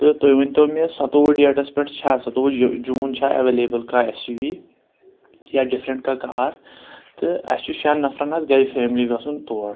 تہٕ تُہۍ وٕنۍتو مےٚ ستوٚوُہ ڈیٹَس پؠٹھ چھا ستوٚوُہ جون چھا اؠوَلیبٕل کانٛہہ اؠس یو وی یا ڈِفرَنٹ کانٛہہ کار تہٕ اَسہِ چھُ شؠن نَفرَن حَظ گرِ فیلمی گژھن تور